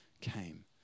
came